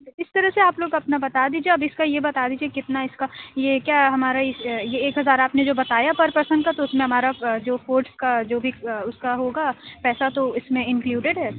اِس طرح سے آپ لوگ اپنا بتا دیجیے اب اِس کا یہ بتا دیجیے کتنا اِس کا یہ کیا ہمارا یہ ایک ہزار آپ نے جو بتایا پر پرسن کا تو اُس میں ہمارا جو فوڈس کا جو بھی اُس کا ہوگا پیسہ تو اِس میں انکلیوڈیڈ ہے